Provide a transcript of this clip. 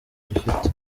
dufite